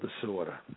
disorder